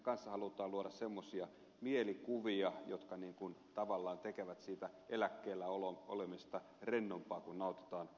heille halutaan myös luoda sellaisia mielikuvia jotka tavallaan tekevät siitä eläkkeelläolemisesta rennompaa kun nautitaan alkoholia